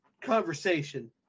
conversation